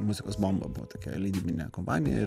muzikos bomba buvo tokia leidybinė kompanija ir